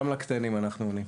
גם לקטנים אנחנו עונים.